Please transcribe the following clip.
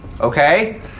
Okay